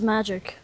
Magic